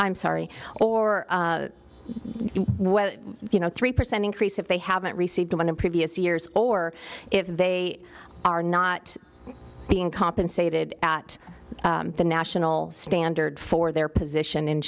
i'm sorry or well you know three percent increase if they haven't received one in previous years or if they are not being compensated at the national standard for their position in